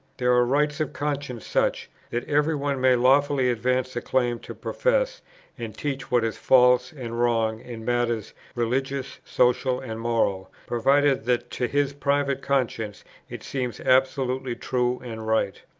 there are rights of conscience such, that every one may lawfully advance a claim to profess and teach what is false and wrong in matters, religious, social, and moral, provided that to his private conscience it seems absolutely true and right.